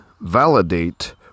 validate